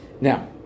Now